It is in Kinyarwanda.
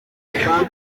bihugu